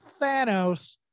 Thanos